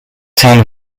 town